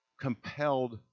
compelled